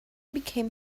became